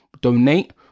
Donate